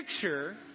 picture